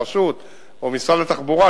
הרשות או משרד התחבורה,